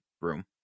room